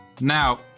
Now